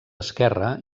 esquerre